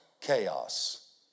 Chaos